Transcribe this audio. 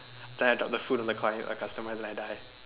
then I drop the food on the client or the customer then I die